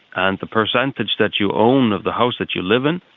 and the percentage that you own of the house that you live in,